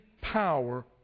power